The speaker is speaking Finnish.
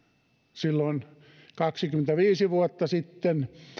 silloin kaksikymmentäviisi vuotta sitten